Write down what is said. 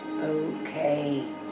okay